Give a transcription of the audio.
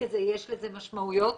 כי יש לזה משמעויות.